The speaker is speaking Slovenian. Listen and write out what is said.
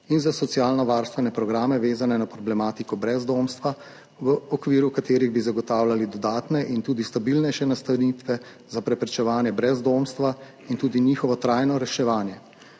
in za socialnovarstvene programe, vezane na problematiko brezdomstva, v okviru katerih bi zagotavljali dodatne in tudi stabilnejše nastanitve za preprečevanje brezdomstva in njihovo trajno reševanje,